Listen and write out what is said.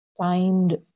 timed